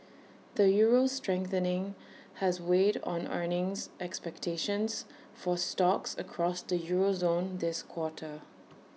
the euro's strengthening has weighed on earnings expectations for stocks across the euro zone this quarter